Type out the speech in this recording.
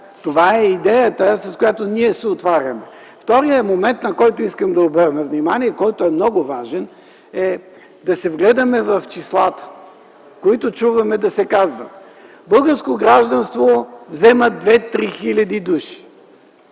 Това е идеята, с която ние се отваряме. Вторият момент, на който искам да обърна внимание и който е много важен, е да се вгледаме в числата, които чуваме да се цитират: „Българско гражданство вземат 2-3 хиляди души”.